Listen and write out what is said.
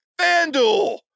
FanDuel